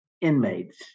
inmates